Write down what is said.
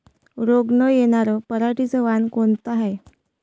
रोग न येनार पराटीचं वान कोनतं हाये?